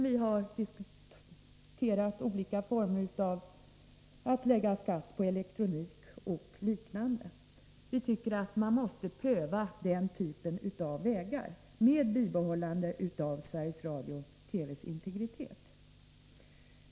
Vi har diskuterat olika former av att lägga skatt på elektronik och liknande. Man måste pröva den typen av vägar med bibehållande av Sveriges Radios och TV:s integritet.